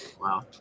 Wow